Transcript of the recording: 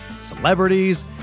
celebrities